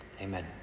Amen